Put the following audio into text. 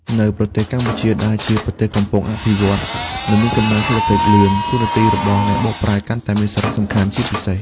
នៅប្រទេសកម្ពុជា ដែលជាប្រទេសកំពុងអភិវឌ្ឍន៍ និងមានកំណើនសេដ្ឋកិច្ចលឿន តួនាទីរបស់អ្នកបកប្រែកាន់តែមានសារៈសំខាន់ជាពិសេស។